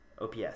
OPS